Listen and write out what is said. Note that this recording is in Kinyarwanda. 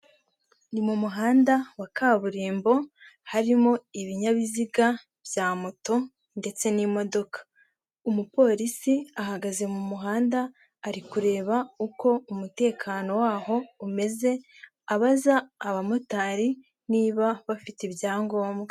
Ni mu muhanda wa kaburimbo, harimo ibinyabiziga bya moto ndetse n'imodoka. Umupolisi ahagaze mu muhanda, ari kureba uko umutekano waho umeze, abaza abamotari niba bafite ibyangombwa.